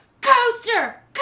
Coaster